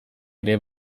ere